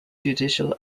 judicial